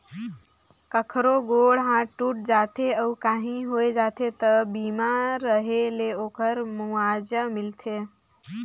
कखरो गोड़ हाथ टूट जाथे अउ काही होय जाथे त बीमा रेहे ले ओखर मुआवजा मिलथे